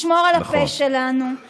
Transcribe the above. לשמור על הפה שלנו,